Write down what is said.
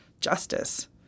justice